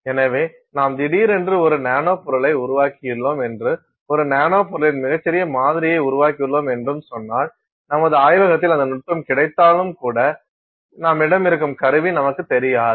எனவே நாம் திடீரென்று ஒரு நானோ பொருளை உருவாக்கியுள்ளோம் என்றும் ஒரு நானோ பொருளின் மிகச் சிறிய மாதிரியை உருவாக்கியுள்ளோம் என்றும் சொன்னால் நமது ஆய்வகத்தில் அந்த நுட்பம் கிடைத்தாலும் கூட நம்மிடம் இருக்கும் கருவி நமக்குத் தெரியாது